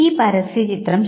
ഈ പരസ്യചിത്രം